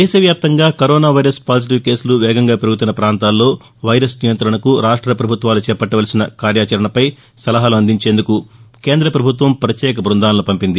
దేశవ్యాప్తంగా corona positive కేసులు వేగంగా పెరుగుతున్న పాంతాల్లో వైరస్ నియంతణకు రాష్ట ప్రభుత్వాలు చేపట్టాల్సిన కార్యాచరణపై సలహాలు అందించేందుకు కేంద్ర ప్రభుత్వం ప్రత్యేక బృందాలను పంపింది